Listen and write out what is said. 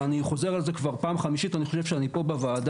ואני חוזר על זה כבר פעם חמישית שאני חושב שאני פה בוועדה,